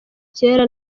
cyera